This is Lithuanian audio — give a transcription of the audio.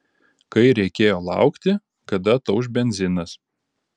kai reikėjo laukti kada atauš benzinas